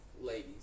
ladies